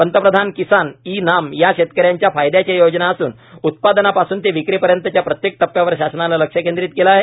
पंतप्रधान किसान e NAM या शेतकऱ्यांच्या फायद्याच्या योजना असून उत्पादनापासून ते विक्रीपर्यंतच्या प्रत्येक टप्प्यावर शासनानं लक्ष केंद्रीत केलं आहे